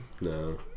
No